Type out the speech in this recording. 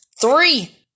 three